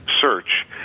search